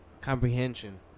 Comprehension